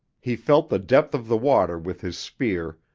he felt the depth of the water with his spear,